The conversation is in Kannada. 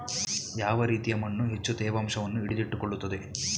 ಯಾವ ರೀತಿಯ ಮಣ್ಣು ಹೆಚ್ಚು ತೇವಾಂಶವನ್ನು ಹಿಡಿದಿಟ್ಟುಕೊಳ್ಳುತ್ತದೆ?